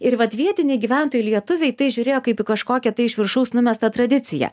ir vat vietiniai gyventojai lietuviai į tai žiūrėjo kaip į kažkokią tai iš viršaus numestą tradiciją